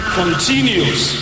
continues